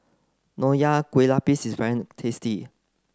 Nonya Kueh Lapis is very tasty